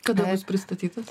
kada bus pristatytas